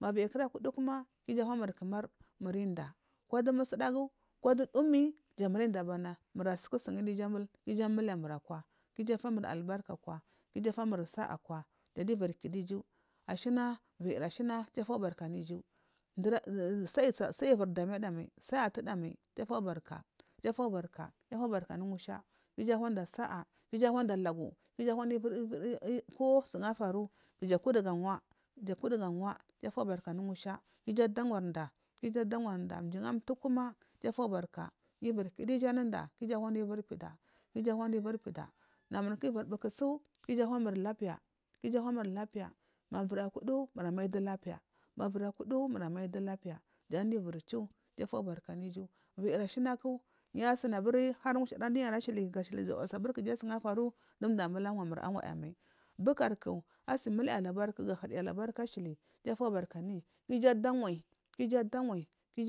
Maiji kura kudu kuma uju ahu mu kuma muridiya kowo dowo musu dagu kudowu dowu mi ja munida abana mura suuku kul sundowu da abana mina suku kul sundowu u ju amulyaniwi uju amuliya mir a kwa albarka akwa ga uju ahumu saa akwa jan duya uvirikiduwo ujuwo ashina viyiri ashina uju afuwoharka anu ujuwo dura saiyi sayiviridamida mai sugi atuda mai uju fuwobarka ujuwofubarka anu musha u ju uhuda saa uju ahuda logu uju ahuda uviriviri ko sun afaru kuja a kudowu ga waa ku ja akudu ga waa uju afubarka anu musha gu uju afuwo barka anu musha uju adar wadaa ku uju adarwa da uju adarwada juwo atuwu kuma yu uviri kidowu uju anuda ku uju a huda uviri pida ku uju ahuda uviripidi namur uviri pukusu ku uju ahumur lapi ja ku ju ahumur lapiya ma viji akudu mura mai dowu lapya ma viyi akudu mura mai dowu lapiya jan dugu uviriju uju barka anu uju viyiri ashiya ku. Ya sini aburi musha da kujai sun afaru dowu dowu a mun a wada mai bukaku agi muliya labarku ga huriya la barku asuli uju afuba kabarka anuyi ku uju adawayi ku u ju